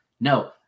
No